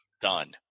Done